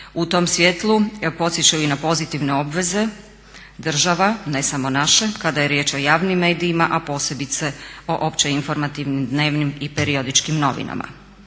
U tom svjetlu podsjećaju i na pozitivne obveze država, ne samo naše, kada je riječ o javnim medijima, a posebice o opće informativnim dnevnim i periodičkim novinama.